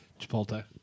Chipotle